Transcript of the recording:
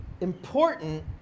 important